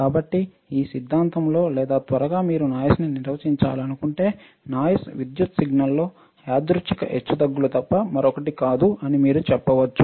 కాబట్టి ఈ సిద్ధాంతంలో లేదా త్వరగా మీరు నాయిస్న్ని నిర్వచించాలనుకుంటే నాయిస్ విద్యుత్ సిగ్నల్లో యాదృచ్ఛిక హెచ్చుతగ్గులు తప్ప మరొకటి కాదు అని మీరు చెప్పవచ్చు